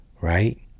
right